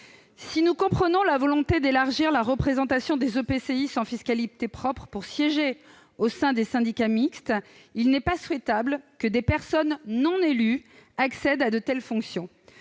Si nous comprenons la volonté d'élargir la représentation des EPCI sans fiscalité propre pour siéger au sein des syndicats mixtes, il n'est pas souhaitable que des personnes non élues accèdent à de telles fonctions.